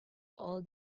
all